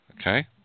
Okay